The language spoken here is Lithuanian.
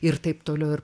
ir taip toliau ir